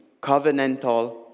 covenantal